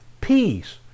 peace